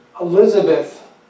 Elizabeth